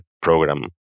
program